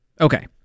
okay